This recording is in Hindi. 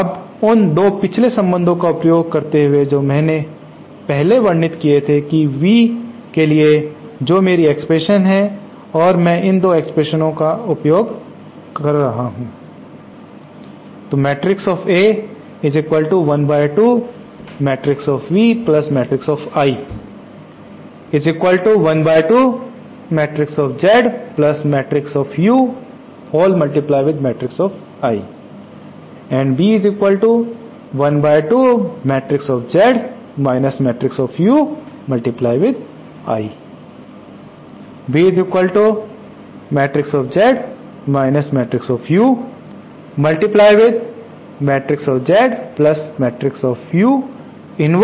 अब उन 2 पिछले संबंधों का उपयोग करते हुए जो मैंने पहले वर्णित किए थे की V के लिए जो मेरी एक्सप्रेशन है और मैं इन 2 एक्सप्रेशंस का उपयोग कर रहा हूं